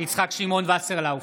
יצחק שמעון וסרלאוף,